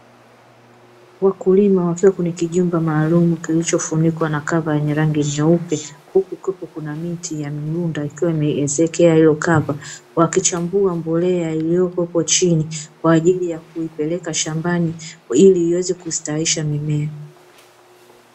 Hichi ni kilimo cha kisasa kijulikanacho kama "hydroponic faming" ambapo wakulima hutumia maji yaliyowekewa virutubisho katika kusambaza virutubisho hivyo katika mbogamboga hizo kwa kutumia mabomba hivyo kuvuna bila kuhitaji rutuba ya udongo.